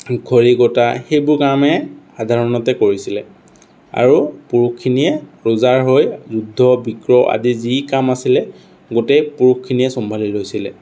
খৰি কটা সেইবোৰ কামে সাধাৰণতে কৰিছিলে আৰু পুৰুষখিনিয়ে ৰজাৰ হৈ যুদ্ধ বিগ্ৰহ আদি যি কাম আছিলে গোটেই পুৰুষখিনিয়ে চম্ভালি লৈছিলে